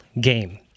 game